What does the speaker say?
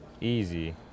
easy